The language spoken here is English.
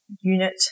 unit